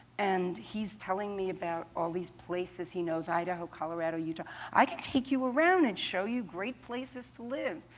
and he's telling me about all these places he knows idaho, colorado, utah. i can take you around and show you great places to live.